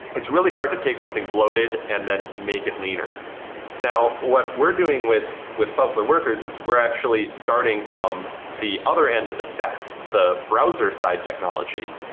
it's really hard to take something bloated and then make it leaner now, what we're doing with with cloudflare workers is we're actually starting from the other end of the stack, the browser side technology,